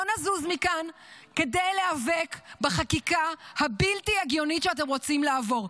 לא נזוז מכאן כדי להיאבק בחקיקה הבלתי-הגיונית שאתם רוצים להעביר.